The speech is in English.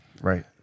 right